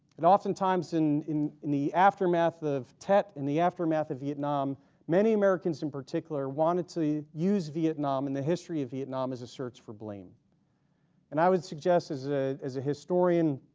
and oftentimes in in in the aftermath of tet in the aftermath of vietnam many americans in particular wanted to use vietnam and the history of vietnam as a search for blame and i would suggest as ah as a historian